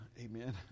amen